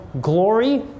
glory